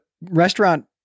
restaurant